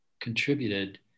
contributed